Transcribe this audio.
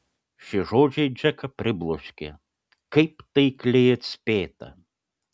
šie žodžiai džeką pribloškė kaip taikliai atspėta